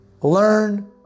learn